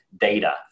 data